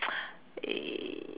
it